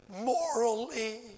morally